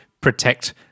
protect